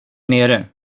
nere